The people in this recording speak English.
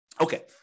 Okay